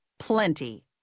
Plenty